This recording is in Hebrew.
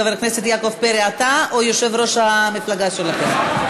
חבר הכנסת יעקב פרי, אתה או יושב-ראש המפלגה שלכם?